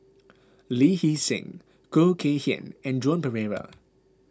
Lee Hee Seng Khoo Kay Hian and Joan Pereira